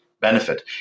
benefit